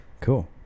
Cool